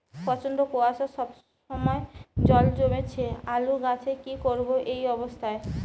প্রচন্ড কুয়াশা সবসময় জল জমছে আলুর গাছে কি করব এই অবস্থায়?